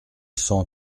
cent